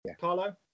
Carlo